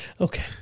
Okay